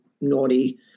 naughty